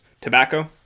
Tobacco